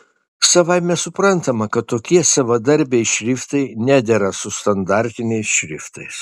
savaime suprantama kad tokie savadarbiai šriftai nedera su standartiniais šriftais